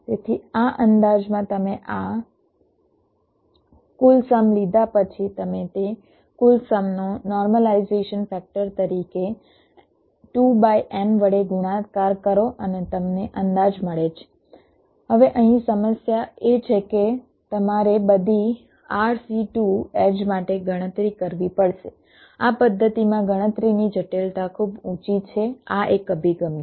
તેથી આ અંદાજમાં તમે આ કુલ સમ લીધા પછી તમે તે કુલ સમનો નોર્મલાઇઝેશન ફેક્ટર તરીકે વડે ગુણાકાર કરો અને તમને અંદાજ મળે છે હવે અહીં સમસ્યા એ છે કે તમારે બધી એડ્જ માટે ગણતરી કરવી પડશે આ પદ્ધતિમાં ગણતરીની જટિલતા ખૂબ ઊંચી છે આ એક અભિગમ છે